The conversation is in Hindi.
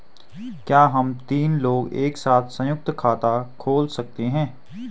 क्या हम तीन लोग एक साथ सयुंक्त खाता खोल सकते हैं?